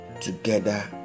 together